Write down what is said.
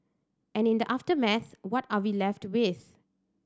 and in the aftermath what are we left with